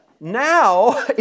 now